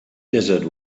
desert